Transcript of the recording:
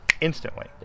instantly